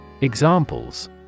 Examples